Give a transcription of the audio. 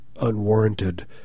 unwarranted